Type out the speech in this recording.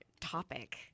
topic